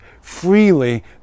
freely